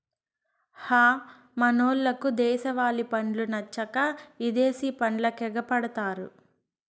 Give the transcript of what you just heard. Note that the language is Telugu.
హ మనోళ్లకు దేశవాలి పండ్లు నచ్చక ఇదేశి పండ్లకెగపడతారు